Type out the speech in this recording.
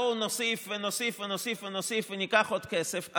בואו נוסיף ונוסיף ונוסיף ונוסיף וניקח עוד כסף,